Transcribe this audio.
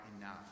enough